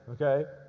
okay